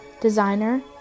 Designer